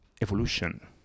evolution